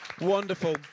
Wonderful